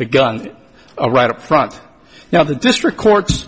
the gun right up front now the district court's